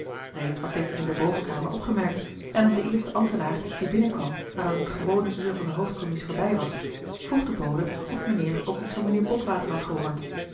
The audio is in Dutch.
reeds was dit in de bovenkamer opgemerkt en aan den eersten ambtenaar die binnenkwam nadat het gewone uur van den hoofdcommies voorbij was vroeg de bode of mijnheer ook iets van mijnheer botwater had gehoord